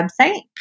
website